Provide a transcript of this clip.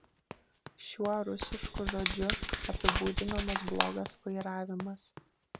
šiuo rusišku žodžiu apibūdinamas blogas vairavimas